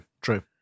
True